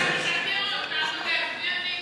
אנחנו, אתה משכנע אותנו להצביע נגד.